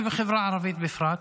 ובחברה הערבית בפרט.